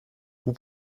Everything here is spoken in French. vous